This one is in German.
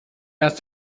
erst